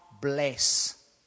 bless